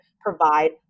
provide